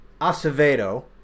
Acevedo